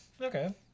okay